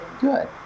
Good